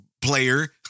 player